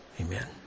amen